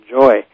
joy